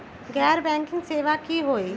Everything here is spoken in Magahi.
गैर बैंकिंग सेवा की होई?